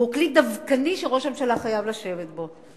והוא כלי דווקני שראש הממשלה חייב לשבת בו.